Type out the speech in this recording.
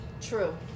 True